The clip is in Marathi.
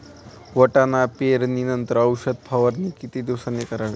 वाटाणा पेरणी नंतर औषध फवारणी किती दिवसांनी करावी?